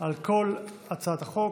על כל הצעת החוק.